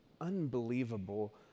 unbelievable